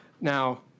Now